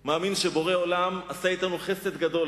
מאמין, מאמין שבורא עולם עשה אתנו חסד גדול.